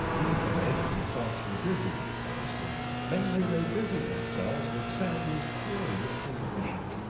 being awake, my thoughts were busy, of course and mainly they busied themselves with sandy's curious delusion.